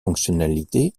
fonctionnalités